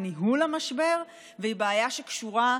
את אנטישמית, את לא, חבר'ה,